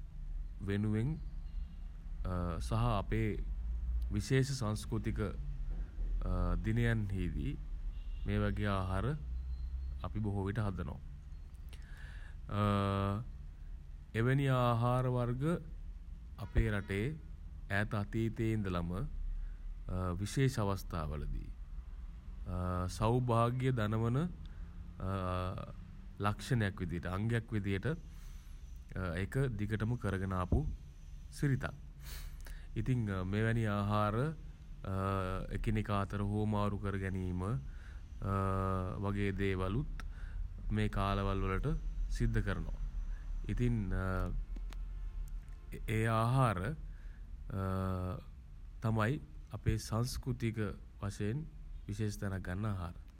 වෙනුවෙන් සහ අපේ විශේෂ සංස්කෘතික දිනයන්හිදී මේ වගේ ආහාර අපි බොහෝ විට හදනවා. එවැනි ආහාර වර්ග අපේ රටේ ඈත අතීතයේ ඉඳලම විශේෂ අවස්ථා වලදී සෞභාග්‍ය දනවන ලක්ෂණක් විදියට අංගයක් විදියට ඒක දිගටම කරගෙන ආපු සිරිතක්. ඉතින් මෙවැනි ආහාර එකිනෙකා අතර හුවමාරු කර ගැනීම වගේ දේවලුත් මේ කාලවල් වලට සිද්ද කරනවා. ඉතින් ඒ ආහාර තමයි අපේ සංස්කෘතික වශයෙන් විශේෂ තැනක් ගන්න ආහාර.